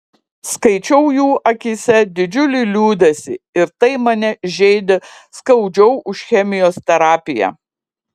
skaičiau jų akyse didžiulį liūdesį ir tai mane žeidė skaudžiau už chemijos terapiją